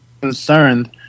concerned